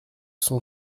son